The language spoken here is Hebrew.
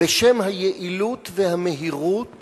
בשם היעילות והמהירות